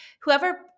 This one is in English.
Whoever